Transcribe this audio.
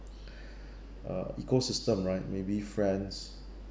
uh ecosystem right maybe friends